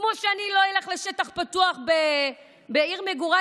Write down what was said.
כמו שאני לא אלך לשטח פתוח בעיר מגוריי